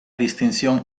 distinción